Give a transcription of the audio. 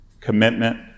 commitment